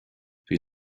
bhí